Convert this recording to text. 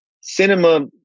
cinema